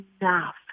enough